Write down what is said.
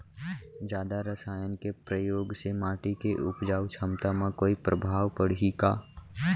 जादा रसायन के प्रयोग से माटी के उपजाऊ क्षमता म कोई प्रभाव पड़ही का?